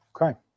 Okay